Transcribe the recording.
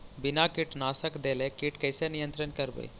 बिना कीटनाशक देले किट कैसे नियंत्रन करबै?